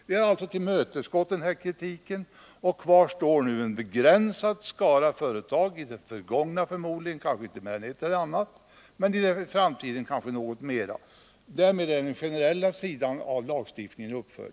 Vi haralltså tillmötesgått kritiken. Kvar står nu en begränsad skara företag, i det förgångna kanske inte mer än ett eller annat företag, men i framtiden kanske något fler. Därmed är det generella kravet på lagstiftningen uppfyllt.